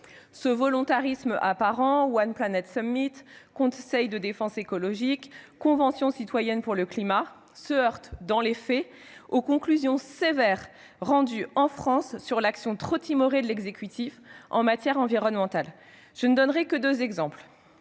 Ce volontarisme apparent- , conseil de défense écologique, Convention citoyenne pour le climat -se heurte, dans les faits, aux conclusions sévères rendues, en France, sur l'action trop timorée de l'exécutif en matière environnementale. Je n'en prendrai que deux exemples.